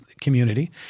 community